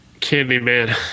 Candyman